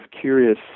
curious